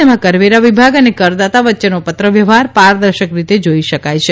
તેમાં કરવેરા વિભાગ અને કરદાતા વચ્ચેનો પત્રવ્યવહાર પારદર્શક રીતે જોઇ શકાય છે